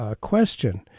question